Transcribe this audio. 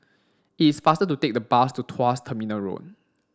it's faster to take the bus to Tuas Terminal Road